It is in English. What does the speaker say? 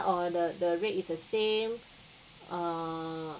or the the rate is the same err